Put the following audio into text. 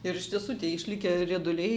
ir iš tiesų tie išlikę rieduliai